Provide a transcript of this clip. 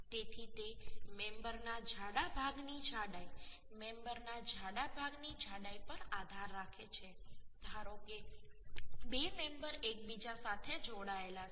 તેથી તે મેમ્બરના જાડા ભાગની જાડાઈ મેમ્બરના જાડા ભાગની જાડાઈ પર આધાર રાખે છે ધારો કે 2 મેમ્બર એકબીજા સાથે જોડાયેલા છે